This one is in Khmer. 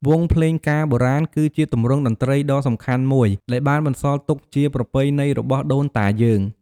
វង់ភ្លេងការបុរាណ គឺជាទម្រង់តន្ត្រីដ៏សំខាន់មួយដែលបានបន្សល់ទុកជា ប្រពៃណីរបស់ដូនតាយើង។